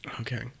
Okay